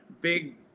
big